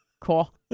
Cool